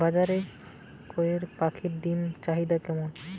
বাজারে কয়ের পাখীর ডিমের চাহিদা কেমন?